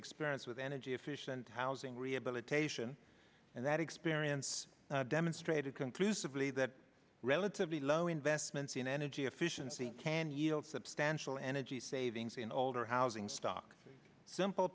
experience with energy efficient housing rehabilitation and that experience demonstrated conclusively that relatively low investments in energy efficiency can yield substantial energy savings in older housing stock simple